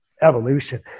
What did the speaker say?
evolution